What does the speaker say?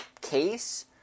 case